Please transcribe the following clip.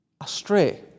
astray